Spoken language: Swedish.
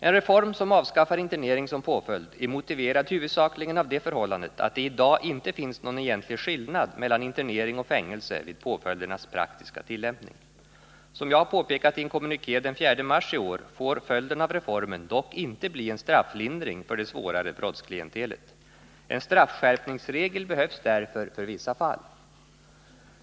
En reform som avskaffar internering som påföljd är motiverad huvudsakligen av det förhållandet att det i dag inte finns någon egentlig skillnad mellan internering och fängelse vid påföljdernas praktiska tillämpning. Som jag har påpekat i en kommuniké den 4 mars i år får följden av reformen dock inte bli en strafflindring för det svårare brottsklientelet. En straffskärpningsregel behövs därför för vissa fall.